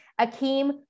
Akeem